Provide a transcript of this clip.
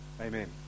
Amen